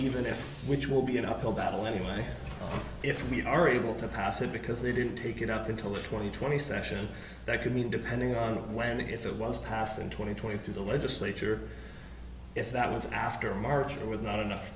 even if which will be an uphill battle anyway if we are able to pass it because they didn't take it up until the twenty twenty session that could be depending on when it was passed and twenty twenty through the legislature if that was after march or with not enough